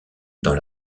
dans